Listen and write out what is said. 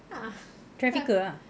ah tak